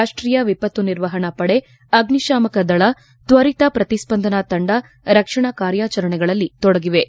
ರಾಷ್ಟೀಯ ವಿಪತ್ತು ನಿರ್ವಹಣಾ ಪಡೆ ಅಗ್ನಿಶಾಮಕ ದಳ ತ್ವರಿತ ಪ್ರತಿಸ್ಪಂದನಾ ತಂಡ ರಕ್ಷಣಾ ಕಾರ್ಯಾಚರಣೆಗಳಲ್ಲಿ ತೊಡಗಿವೆ